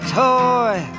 toy